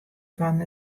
fan